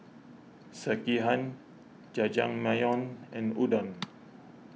Sekihan Jajangmyeon and Udon